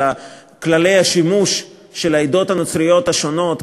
כללי השימוש של העדות הנוצריות השונות,